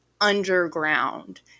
underground